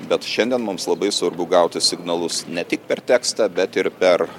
bet šiandien mums labai svarbu gauti signalus ne tik per tekstą bet ir per